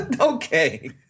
okay